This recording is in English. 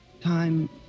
time